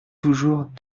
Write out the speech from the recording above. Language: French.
toujours